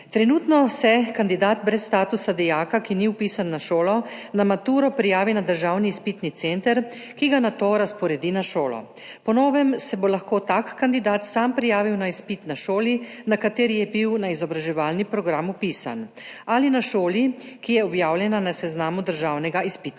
Trenutno se kandidat brez statusa dijaka, ki ni vpisan na šolo, na maturo prijavi na Državni izpitni center, ki ga nato razporedi na šolo. Po novem se bo lahko tak kandidat sam prijavil na izpit na šoli, na kateri je bil na izobraževalni program vpisan, ali na šoli, ki je objavljena na seznamu Državnega izpitnega